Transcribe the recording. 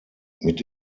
mit